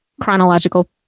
chronological